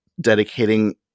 dedicating